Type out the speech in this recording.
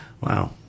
Wow